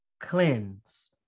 cleanse